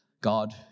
God